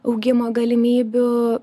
augimo galimybių